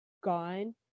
gone